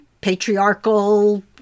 patriarchal